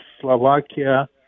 Slovakia